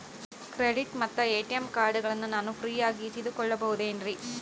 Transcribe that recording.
Credit ಮತ್ತ ATM ಕಾರ್ಡಗಳನ್ನ ನಾನು ಫ್ರೇಯಾಗಿ ಇಸಿದುಕೊಳ್ಳಬಹುದೇನ್ರಿ?